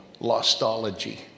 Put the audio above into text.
Lostology